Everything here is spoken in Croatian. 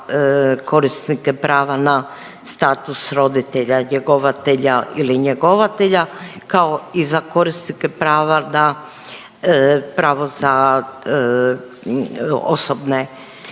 korisnike prava na status roditelja njegovatelja ili njegovatelja kao i za korisnike prava na pravo